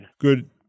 Good